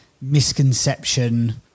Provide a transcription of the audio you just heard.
misconception